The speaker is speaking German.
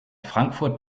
frankfurt